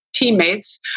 Teammates